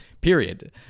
period